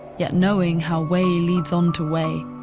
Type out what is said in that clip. yet knowing how way leads on to way,